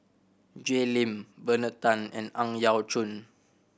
Jay Lim Bernard Tan and Ang Yau Choon